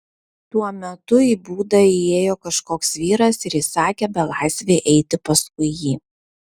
tuo metu į būdą įėjo kažkoks vyras ir įsakė belaisvei eiti paskui jį